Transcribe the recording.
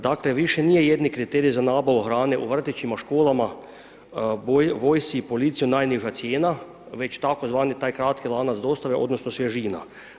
Dakle, više nije jedini kriterij za nabavu hrane u vrtićima, školama, vojsci i policiji najniža cijena, već tzv. taj kratki lanac dostave odnosno svježina.